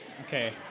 Okay